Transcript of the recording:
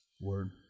Word